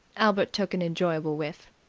albert took an enjoyable whiff.